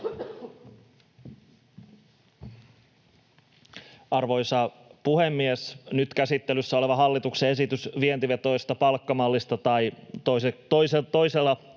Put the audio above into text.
Arvoisa puhemies! Nyt käsittelyssä oleva hallituksen esitys vientivetoisesta palkkamallista tai toisella termillä